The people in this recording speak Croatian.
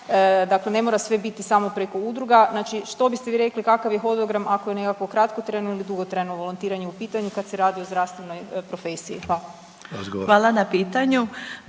dakle ne mora sve biti samo preko udruga, znači što biste vi rekli kakav je hodogram ako je neko kratkotrajno ili dugotrajno volontiranje u pitanju kada se radi o zdravstvenoj profesiji? Hvala. **Sanader,